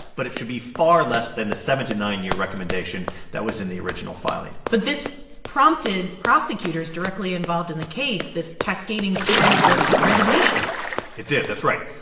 but it should be far less than the seven to nine-year recommendation that was in the original filing but this prompted prosecutors directly involved in the case, this cascading series of resignations it did. that's right.